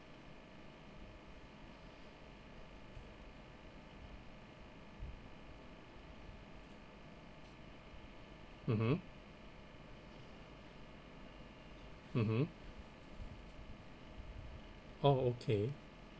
mmhmm mmhmm oh okay